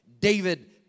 David